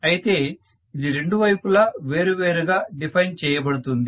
అయితే ఇది రెండు వైపులా వేరు వేరు గా డిఫైన్ చేయబడుతుంది